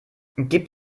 gibt